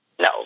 No